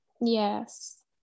yes